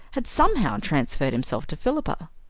had somehow transferred himself to philippa.